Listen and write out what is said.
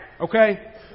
Okay